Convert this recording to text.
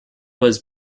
was